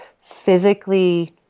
physically